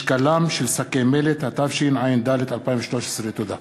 (משקלם של שקי מלט), התשע"ד 2013. תודה.